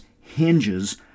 hinges